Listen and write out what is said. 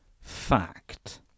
fact